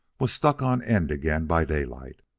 was stuck on end again by daylight.